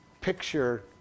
picture